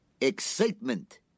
Excitement